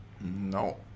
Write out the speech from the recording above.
no